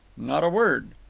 not a word.